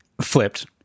flipped